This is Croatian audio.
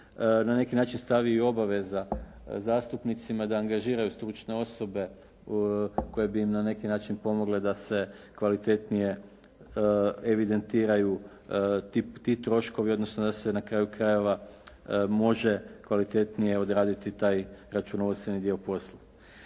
na neki način stavi i obaveza zastupnicima da angažiraju stručne osobe koje bi im na neki način pomogle da se kvalitetnije evidentiraju ti troškovi, odnosno da se na kraju krajeva može kvalitetnije odraditi taj računovodstveni dio posla.